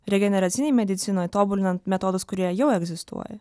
regeneracinėj medicinoj tobulinant metodus kurie jau egzistuoja